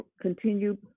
continue